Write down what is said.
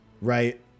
right